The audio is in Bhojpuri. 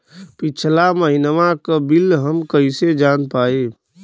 पिछला महिनवा क बिल हम कईसे जान पाइब?